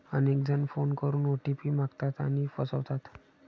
अनेक जण फोन करून ओ.टी.पी मागतात आणि फसवतात